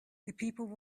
people